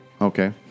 Okay